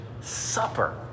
supper